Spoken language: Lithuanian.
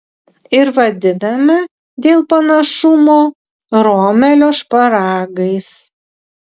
ir vadiname dėl panašumo romelio šparagais